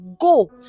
Go